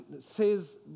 says